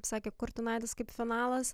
sakė kurtinaitis kaip finalas